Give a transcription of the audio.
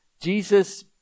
Jesus